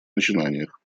начинаниях